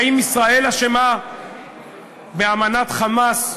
האם ישראל אשמה באמנת "חמאס",